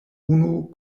unu